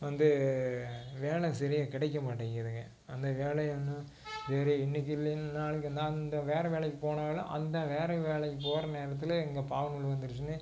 வந்து வேலை சரியாக கிடைக்க மாட்டேங்குதுங்க அந்த வேலையை இன்னும் சரி இன்னைக்கு இல்லைன்னு நாளைக்கு நான் அந்த வேறு வேலைக்கு போனாலும் அந்த வேறு வேலைக்கு போகிற நேரத்தில் இங்கே பாவு நூல் வந்துடுச்சுன்னு